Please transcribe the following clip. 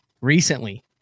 recently